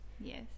Yes